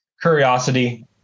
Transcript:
curiosity